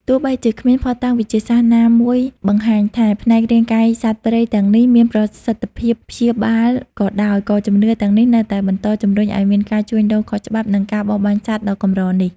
ទោះបីជាគ្មានភស្តុតាងវិទ្យាសាស្ត្រណាមួយបង្ហាញថាផ្នែករាងកាយសត្វព្រៃទាំងនេះមានប្រសិទ្ធភាពព្យាបាលក៏ដោយ ក៏ជំនឿទាំងនេះនៅតែបន្តជំរុញឲ្យមានការជួញដូរខុសច្បាប់ និងការបរបាញ់សត្វដ៏កម្រនេះ។